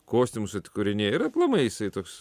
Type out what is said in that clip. kostiumus atkūrinėja ir aplamai jisai toks